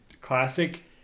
classic